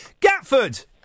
Gatford